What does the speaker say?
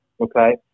okay